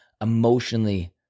emotionally